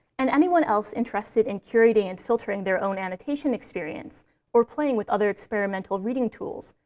and anyone else interested in curating and filtering their own annotation experience or playing with other experimental reading tools,